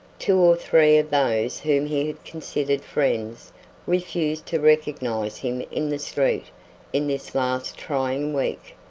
two or three of those whom he had considered friends refused to recognize him in the street in this last trying week,